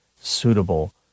suitable